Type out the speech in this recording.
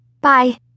Bye